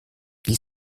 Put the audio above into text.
wie